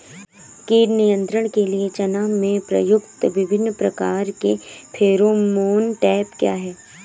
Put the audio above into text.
कीट नियंत्रण के लिए चना में प्रयुक्त विभिन्न प्रकार के फेरोमोन ट्रैप क्या है?